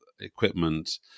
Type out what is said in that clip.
equipment